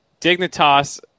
Dignitas